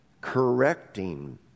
correcting